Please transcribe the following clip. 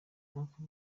nk’uko